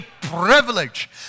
privilege